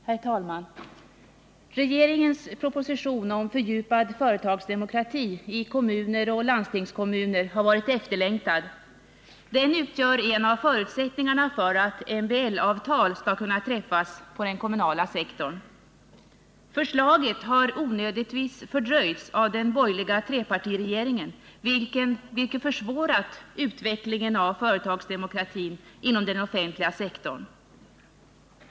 Herr talman! Regeringens proposition om fördjupad företagsdemokrati i kommuner och landstingskommuner har varit efterlängtad. Den utgör en av förutsättningarna för att MBL-avtal skall kunna träffas på den kommunala sektorn. Förslaget har onödigtvis fördröjts av den borgerliga trepartiregeringen, vilket försvårat utvecklingen av företagsdemokratin inom den offentliga sektorn.